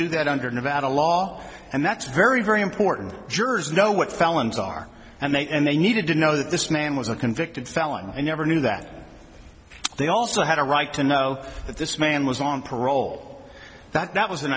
do that under nevada law and that's very very important jurors know what felons are and they and they needed to know that this man was a convicted felon and never knew that they also had a right to know that this man was on parole that was an